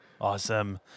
Awesome